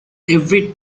every